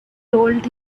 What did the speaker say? told